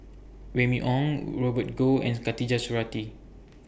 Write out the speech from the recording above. Remy Ong Robert Goh and Khatijah Surattee